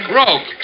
Broke